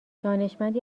دانشمندی